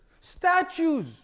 Statues